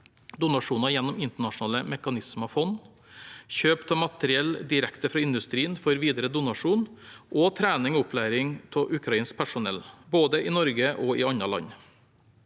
donasjoner gjennom internasjonale mekanismer/ fond – kjøp av materiell direkte fra industrien for videre donasjon – trening og opplæring av ukrainsk personell, både i Norge og i andre land